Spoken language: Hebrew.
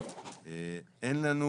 אין לנו